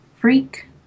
freak